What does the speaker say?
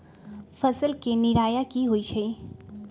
फसल के निराया की होइ छई?